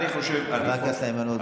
חבר הכנסת איימן עודה.